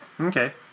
Okay